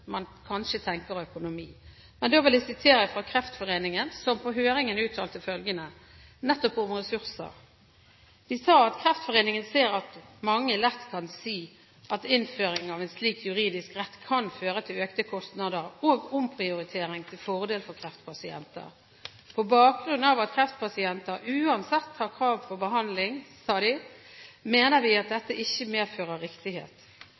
man kanskje tenker økonomi. Da vil jeg sitere Kreftforeningen, som på høringen uttalte følgende, nettopp om ressurser: «Kreftforeningen ser at mange lett kan si innføring av en slik juridisk rett kan føre til økte kostnader og omprioritering til fordel for kreftpasienter. På bakgrunn av at kreftpasienter uansett har krav på behandling, mener vi at dette ikke medfører riktighet.